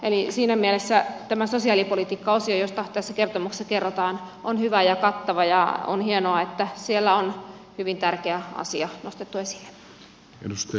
eli siinä mielessä tämä sosiaalipolitiikkaosio josta tässä kertomuksessa kerrotaan on hyvä ja kattava ja on hienoa että siellä on hyvin tärkeä asia nostettu esille